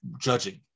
judging